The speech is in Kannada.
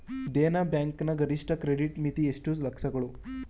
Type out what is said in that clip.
ದೇನಾ ಬ್ಯಾಂಕ್ ನ ಗರಿಷ್ಠ ಕ್ರೆಡಿಟ್ ಮಿತಿ ಎಷ್ಟು ಲಕ್ಷಗಳು?